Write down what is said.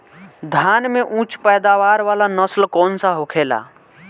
धान में उच्च पैदावार वाला नस्ल कौन सा होखेला?